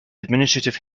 administrative